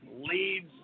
leads